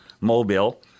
Mobile